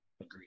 Agreed